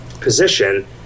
position